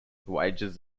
wages